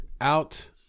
out